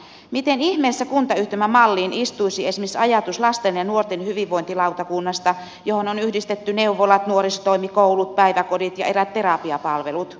miten ihmeessä kuntayhtymä malliin istuisi esimerkiksi ajatus lasten ja nuorten hyvinvointilautakunnasta johon on yhdistetty neuvolat nuorisotoimi koulut päiväkodit ja eräät terapiapalvelut